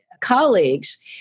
colleagues